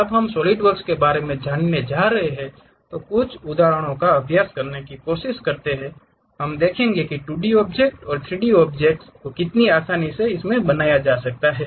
जब हम सॉलिडवर्क्स के बारे में जानने जा रहे हैं तो कुछ उदाहरणों का अभ्यास करने की कोशिश करते हैं हम देखेंगे कि 2D ऑब्जेक्ट्स और 3D ऑब्जेक्ट्स को बनाना कितना आसान है